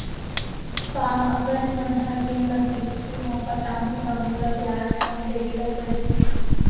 का अगर मैं हा ऋण ल किस्ती म पटाहूँ त मोला ब्याज कम देहे ल परही?